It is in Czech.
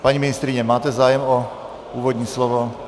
Paní ministryně, máte zájem o úvodní slovo?